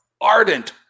ardent